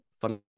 fun